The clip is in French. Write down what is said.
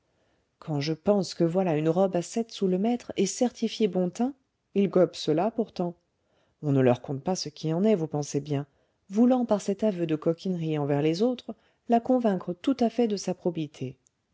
quand je pense que voilà une robe à sept sous le mètre et certifiée bon teint ils gobent cela pourtant on ne leur conte pas ce qui en est vous pensez bien voulant par cet aveu de coquinerie envers les autres la convaincre tout à fait de sa probité